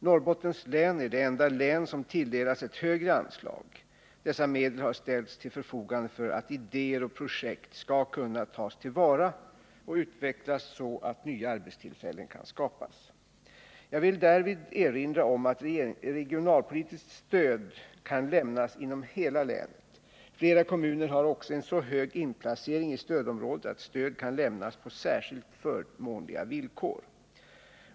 Norrbottens län är det enda län som tilldelats ett högre anslag. Dessa medel har ställts till förfogande för att idéer och projekt skall kunna tas till vara och utvecklas så att nya arbetstillfällen kan skapas. Jag vill därvid erinra om att regionalpolitiskt stöd kan lämnas inom hela länet. Flera kommuner har också en så hög inplacering i stödområdet att stöd kan lämnas på särskilt förmånliga villkor.